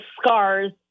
scars